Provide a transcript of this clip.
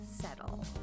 settle